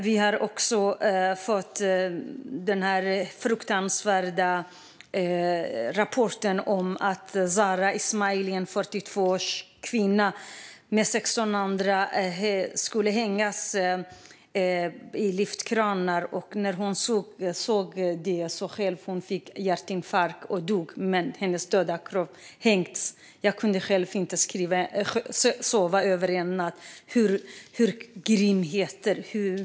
Vi har också fått den fruktansvärda rapporten om att Zahra Esmaili, en 42-årig kvinna, och 16 andra skulle hängas i lyftkranar. När Zahra Esmaili såg detta fick hon hjärtinfarkt och dog, men hennes döda kropp hängdes. Jag kunde själv inte sova på natten. Vilka grymheter!